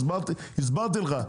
הסברתי לך.